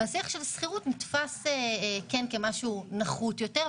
והשיח על שכירות נתפס כמשהו נחות יותר,